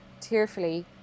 tearfully